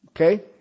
Okay